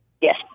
Yes